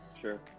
sure